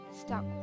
stuck